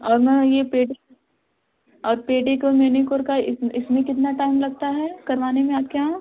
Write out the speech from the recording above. और मैम यह पेडी और पेडीक्योर मेनीकोर का इसमें इसमें कितना टाइम लगता है करवाने में आपके यहाँ